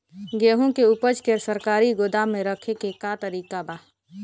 गेहूँ के ऊपज के सरकारी गोदाम मे रखे के का तरीका बा?